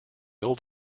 old